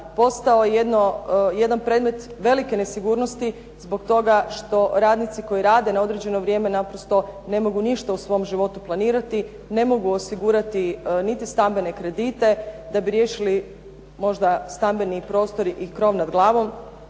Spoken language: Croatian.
postao je jedan predmet velike nesigurnosti zbog toga što radnici koji rade na određeno vrijeme naprosto ne mogu ništa u svom životu planirati, ne mogu osigurati niti stambene kredite da bi riješili možda stambeni prostor i krov nad glavom.